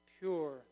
pure